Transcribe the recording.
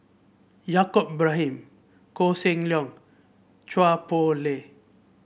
Yaacob Ibrahim Koh Seng Leong Chua Poh Leng